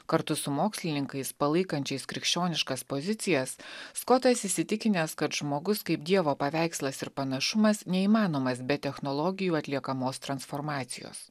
kartu su mokslininkais palaikančiais krikščioniškas pozicijas skotas įsitikinęs kad žmogus kaip dievo paveikslas ir panašumas neįmanomas be technologijų atliekamos transformacijos